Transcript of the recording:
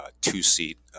two-seat